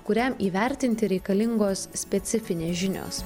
kuriam įvertinti reikalingos specifinės žinios